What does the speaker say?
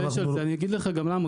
אני אגיד לך גם למה,